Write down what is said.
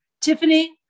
Tiffany